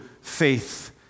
faith